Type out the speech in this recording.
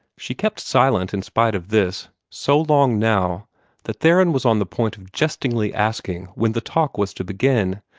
she kept silent, in spite of this, so long now that theron was on the point of jestingly asking when the talk was to begin.